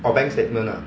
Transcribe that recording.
orh bank statement ah